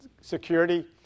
security